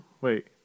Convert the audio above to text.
Wait